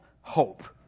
hope